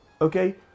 Okay